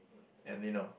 and you know